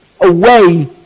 Away